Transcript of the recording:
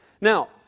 Now